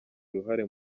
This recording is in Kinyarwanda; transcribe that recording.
uruhare